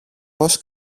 πώς